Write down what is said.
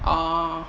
orh